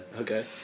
Okay